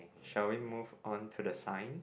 shall we move on to the sign